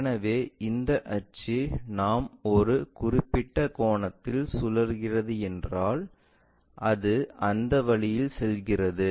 எனவே இந்த அச்சு நாம் ஒரு குறிப்பிட்ட கோணத்தில் சுழல்கிறது என்றால் அது அந்த வழியில் செல்கிறது